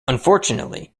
unfortunately